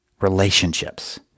Relationships